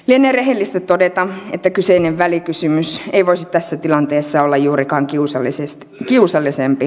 lienee rehellistä todeta että kyseinen välikysymys ei voisi tässä tilanteessa olla juurikaan kiusallisempi